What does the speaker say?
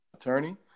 attorney